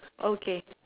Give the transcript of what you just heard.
okay